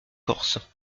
corses